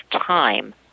time